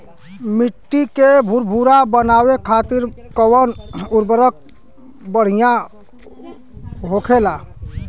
मिट्टी के भूरभूरा बनावे खातिर कवन उर्वरक भड़िया होखेला?